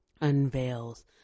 unveils